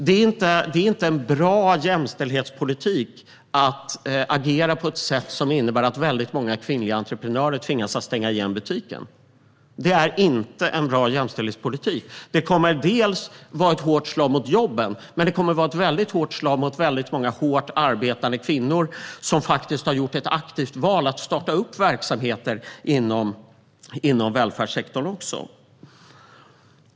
Det är inte en bra jämställdhetspolitik att agera på ett sätt som innebär att väldigt många kvinnliga entreprenörer tvingas stänga igen butiken. Det kommer att vara ett hårt slag mot jobben, men det kommer också att vara ett mycket hårt slag mot väldigt många hårt arbetande kvinnor som har gjort det aktiva valet att starta upp verksamheter inom välfärdssektorn.